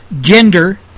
gender